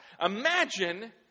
Imagine